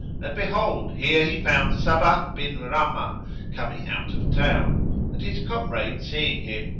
and behold, here he found sabbah bin rammah coming out of town and his comrade seeing him,